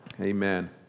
Amen